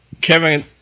Kevin